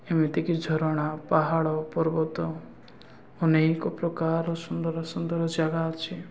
ଏମିତିକି ଝରଣା ପାହାଡ଼ ପର୍ବତ ଅନେକ ପ୍ରକାର ସୁନ୍ଦର ସୁନ୍ଦର ଜାଗା ଅଛି